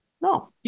no